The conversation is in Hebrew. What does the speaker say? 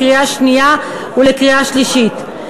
לקריאה שנייה ולקריאה שלישית.